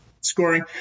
scoring